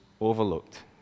overlooked